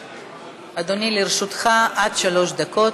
אדוני, לרשותך עד שלוש דקות.